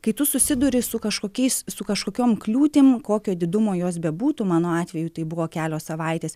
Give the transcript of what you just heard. kai tu susiduri su kažkokiais su kažkokiom kliūtim kokio didumo jos bebūtų mano atveju tai buvo kelios savaitės